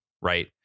right